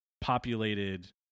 populated